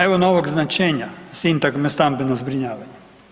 Evo novog značenja, sintagme stambeno zbrinjavanje.